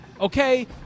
okay